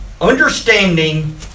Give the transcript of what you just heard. understanding